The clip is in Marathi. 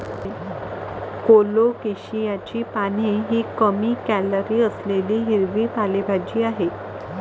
कोलोकेशियाची पाने ही कमी कॅलरी असलेली हिरवी पालेभाजी आहे